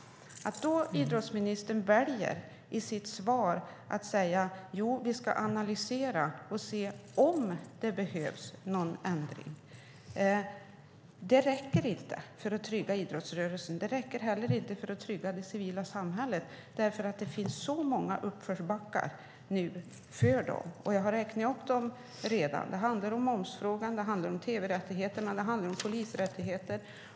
Idrottsministern väljer då i sitt svar att säga att man ska analysera och se om det behövs någon ändring. Det räcker inte för att trygga idrottsrörelsen. Det räcker inte heller för att trygga det civila samhället, för det finns så många uppförsbackar för dem. Jag har redan räknat upp dem - det handlar om momsfrågan, tv-rättigheter och polisrättigheter.